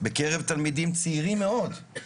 בקרב תלמידים צעירים מאוד,